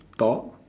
top